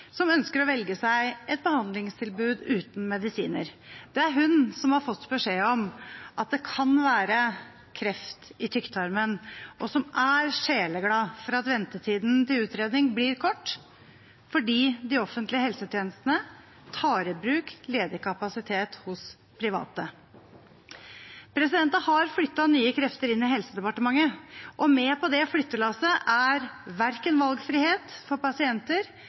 som ønsker å velge seg et behandlingstilbud uten medisiner. Det er hun som har fått beskjed om at det kan være kreft i tykktarmen, og som er sjeleglad for at ventetiden til utredning blir kort, fordi de offentlige helsetjenestene tar i bruk ledig kapasitet hos private. Det har flyttet nye krefter inn i Helsedepartementet, og med på det flyttelasset er verken valgfrihet for pasienter